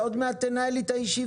אתה עוד מעט תנהל לי את הישיבה,